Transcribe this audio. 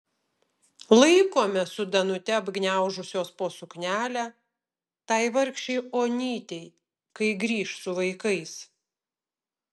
laikome su danute apgniaužusios po suknelę tai vargšei onytei kai grįš su vaikais